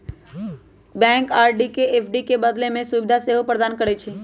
bank RD के FD में बदले के सुभीधा सेहो प्रदान करइ छइ